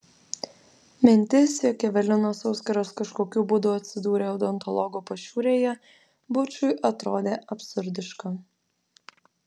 mintis jog evelinos auskaras kažkokiu būdu atsidūrė odontologo pašiūrėje bučui atrodė absurdiška